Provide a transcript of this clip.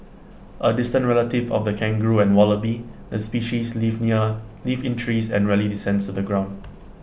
A distant relative of the kangaroo and wallaby the species lives in A lives in trees and rarely descends the ground